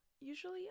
usually